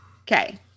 Okay